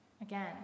again